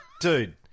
dude